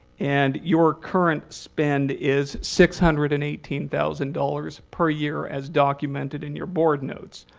and your current spend is six hundred and eighteen thousand dollars per year, as documented in your board notes.